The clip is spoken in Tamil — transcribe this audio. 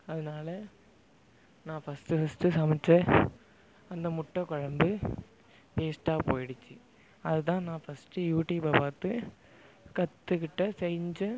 அதனால நான் ஃபஸ்ட்டு ஃபஸ்ட்டு சமைச்ச அந்த முட்டைக்கொழம்பு வேஸ்ட்டாக போய்டுச்சு அதுதான் நான் ஃபஸ்ட்டு யூடியூப்பை பார்த்து கற்றுக்கிட்ட செஞ்ச